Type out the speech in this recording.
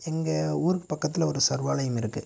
எங்கள் ஊர்க்கு பக்கத்தில் ஒரு சர்வாலயம் இருக்குது